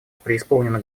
преисполнена